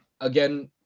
again